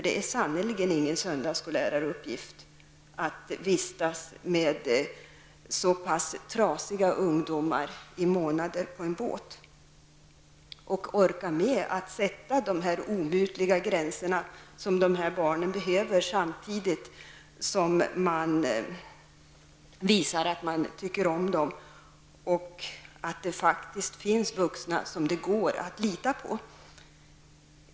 Det är sannerligen ingen söndagsskolläraruppgift att vistas med så pass trasiga ungdomar i månader på en båt och orka med att sätta de omutliga gränser som de här barnen behöver, samtidigt som man visar att man tycker om dem och att det faktiskt finns vuxna som det går att lita på.